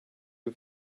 you